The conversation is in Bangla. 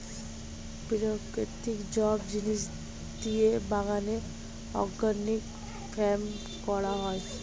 প্রাকৃতিক জৈব জিনিস দিয়ে বাগানে অর্গানিক ফার্মিং করা হয়